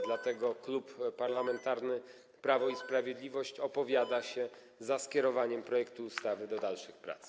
Dlatego Klub Parlamentarny Prawo i Sprawiedliwość opowiada się za skierowaniem projektu ustawy do dalszych prac.